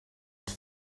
ens